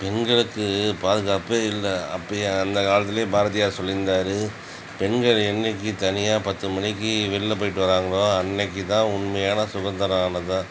பெண்களுக்கு பாதுகாப்பே இல்லை அப்படி அந்த காலத்துலேயே பாரதியார் சொல்லி இருந்தார் பெண்கள் என்னிக்கு தனியாக பத்து மணிக்கு வெளில போயிட்டு வராங்களோ அன்னிக்கு தான் உண்மையான சுதந்திரம் ஆனதாக